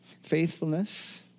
faithfulness